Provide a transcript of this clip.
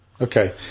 Okay